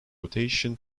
rotation